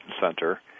Center